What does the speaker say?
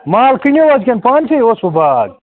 مال کٔنِو حظ کِنہٕ پانسٕے اوسوُ باغ